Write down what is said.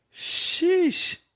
Sheesh